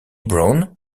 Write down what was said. browne